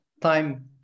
time